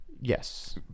yes